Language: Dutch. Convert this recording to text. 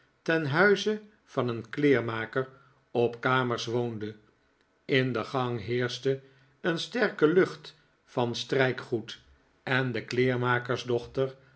ten huize van een kleermaker op kamers woonde in de gang heerschte een sterke lucht van strijkgoed en de kleermakersdochter